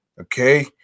Okay